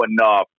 enough